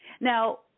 Now